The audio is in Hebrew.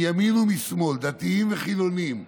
מימין ומשמאל, דתיים וחילונים,